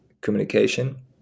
communication